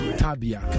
tabia